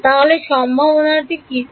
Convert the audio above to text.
তাহলে সম্ভাবনাটি কী থেকে